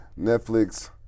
Netflix